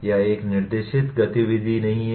यह एक निर्देशित गतिविधि नहीं है